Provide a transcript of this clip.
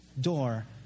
door